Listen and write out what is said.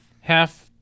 half